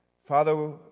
Father